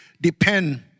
depend